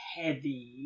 heavy